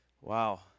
Wow